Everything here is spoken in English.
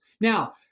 Now